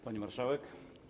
Pani Marszałek!